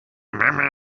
mama